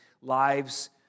lives